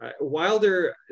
Wilder